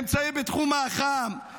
אמצעים בתחום האח"מ.